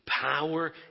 power